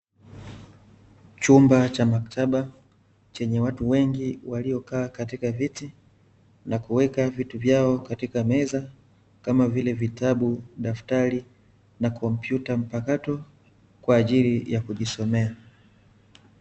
Chumba cha maktaba chenye watu wengi waliokaa katika viti, nakuweka vitu vyao katika meza kama vile vitabu, daftari na kompyuta mpakato kwa ajili ya kujisomea.